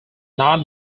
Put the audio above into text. not